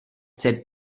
set